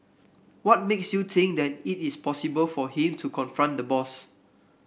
what makes you think that it is possible for him to confront the boss